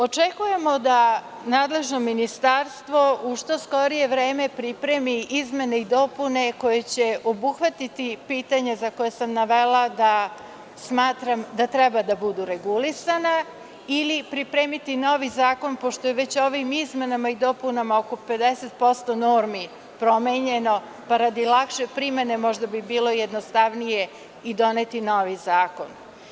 Očekujemo da nadležno Ministarstvo u što skorije vreme pripremi izmene i dopune koje će obuhvatiti pitanja za koja sam navela da smatram da treba da budu regulisana ili pripremiti novi zakon pošto je već ovim izmenama i dopunama oko 50% normi promenjeno, pa radi lakše primene možda bi bilo jednostavnije i doneti novi zakon.